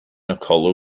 nikola